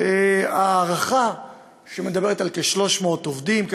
בכמה עובדים מדובר?